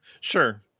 sure